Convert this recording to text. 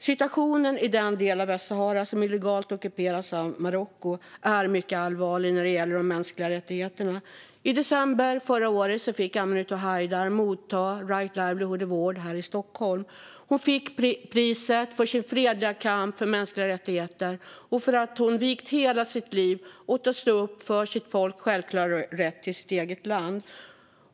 Situationen i den del av Västsahara som illegalt ockuperas av Marocko är mycket allvarlig när det gäller de mänskliga rättigheterna. I december förra året fick Aminatou Haidar ta emot Right Livelihood Award här i Stockholm. Hon fick priset för sin fredliga kamp för mänskliga rättigheter och för att hon vigt hela sitt liv åt att kämpa för sitt folks självklara rätt till sitt eget land.